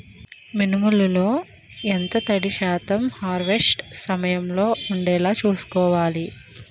మినుములు లో ఎంత తడి శాతం హార్వెస్ట్ సమయంలో వుండేలా చుస్కోవాలి?